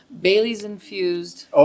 Baileys-infused